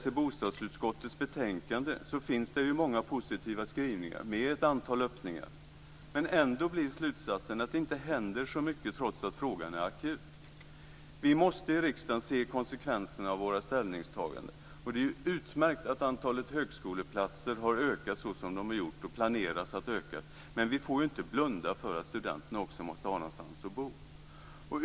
I bostadsutskottets betänkande finns det många positiva skrivningar med ett antal öppningar, men ändå blir slutsatsen att det inte händer så mycket trots att frågan är akut. Vi i riksdagen måste se konsekvenserna av våra ställningstaganden. Det är utmärkt att antalet högskoleplatser har ökat så som de har gjort och som de planeras att öka, men vi får ju inte blunda för att studenterna också måste ha någonstans att bo.